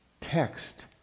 text